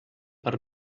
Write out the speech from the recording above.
per